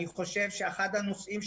אני חושב שאחד הנושאים,